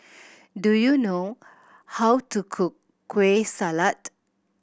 do you know how to cook Kueh Salat